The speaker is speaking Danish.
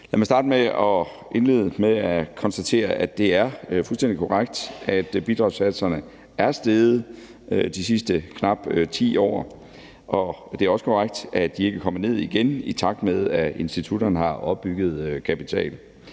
Lad mig indlede med at konstatere, at det er fuldstændig korrekt, at bidragssatserne er steget de sidste knap 10 år, og det er også korrekt, at de ikke er kommet ned igen, i takt med at institutterne har opbygget kapital.